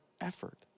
effort